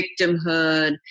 victimhood